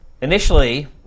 initially